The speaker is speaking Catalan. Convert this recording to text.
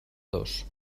dos